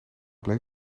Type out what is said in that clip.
bleef